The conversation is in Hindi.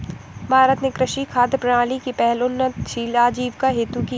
भारत ने कृषि खाद्य प्रणाली की पहल उन्नतशील आजीविका हेतु की